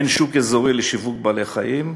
אין שוק אזורי לשיווק בעלי-חיים,